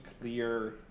clear